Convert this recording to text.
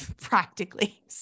practically